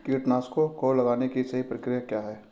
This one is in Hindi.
कीटनाशकों को लगाने की सही प्रक्रिया क्या है?